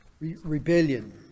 Rebellion